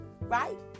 right